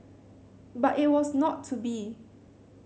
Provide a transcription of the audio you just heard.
but it was not to be